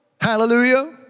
Hallelujah